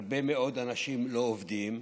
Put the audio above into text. הרבה מאוד אנשים לא עובדים,